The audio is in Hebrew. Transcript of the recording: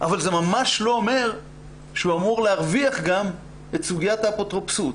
אבל זה ממש לא אומר שהוא אמור להרוויח גם את סוגיית האפוטרופסות.